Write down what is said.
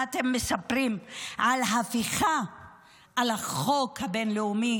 מה אתם מספרים על הפיכה של החוק הבין-לאומי